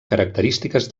característiques